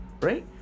right